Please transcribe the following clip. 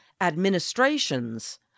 administrations